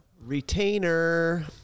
retainer